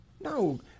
No